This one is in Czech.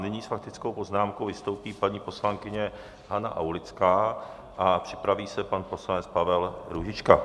Nyní s faktickou poznámkou vystoupí paní poslankyně Hana Aulická, připraví se pan poslanec Pavel Růžička.